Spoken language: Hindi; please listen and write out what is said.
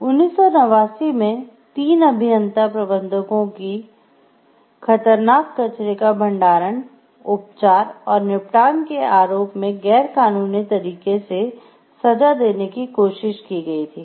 1989 में 3 अभियंता प्रबंधकों को खतरनाक कचरे का भंडारण उपचार और निपटान के आरोप में गैरकानूनी तरीके से सजा देने की कोशिश की गई थी